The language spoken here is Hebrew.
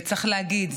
וצריך להגיד,